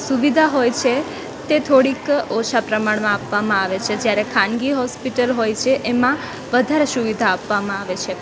સુવિધા હોય છે તે થોડીક ઓછા પ્રમાણમાં આપવામાં આવે છે જ્યારે ખાનગી હોસ્પિટલ હોય છે એમાં વધારે સુવિધા આપવામાં આવે છે